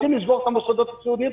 רוצים לשבור את המוסדות הסיעודיים?